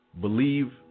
believe